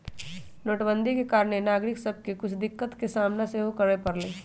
नोटबन्दि के कारणे नागरिक सभके के कुछ दिक्कत सामना सेहो करए परलइ